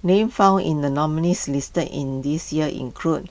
names found in the nominees' list in this year include